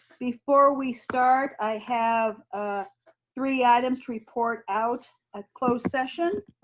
before we start, i have ah three items to report out at closed session,